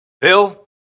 Bill